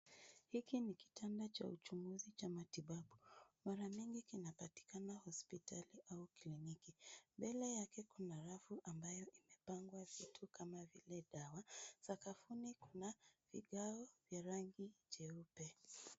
Hiki ni kitanda cha uchunguzi cha matibabu. Mara mingi kinapatikana hospitali au kliniki. Mbele yake kuna rafu ambayo imepangwa vitu kama vile dawa .Sakafuni kuna vigae vya rangi nyeupe.